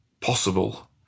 possible